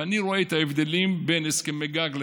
ואני רואה את ההבדלים בין הסכמי גג של